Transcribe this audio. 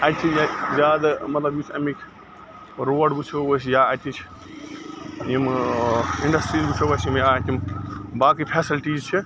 اَتہِ چھِ اَتہِ زیادٕ مطلب یُس اَمِکۍ روڈ وُچھو أسۍ یا اَتِچۍ یِم ٲں اِنڈَسٹرٛیٖز وُچھو أسۍ یِم یا اَتہِ یِم باقٕے فیسَلٹیٖز چھِ